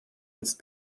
jetzt